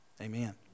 amen